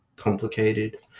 complicated